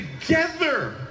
together